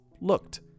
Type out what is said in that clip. looked